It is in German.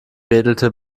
wedelte